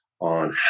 on